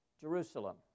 Jerusalem